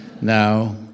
Now